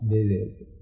Beleza